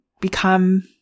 become